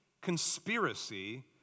conspiracy